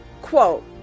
Quote